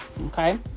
Okay